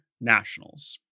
Nationals